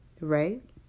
Right